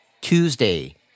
Tuesday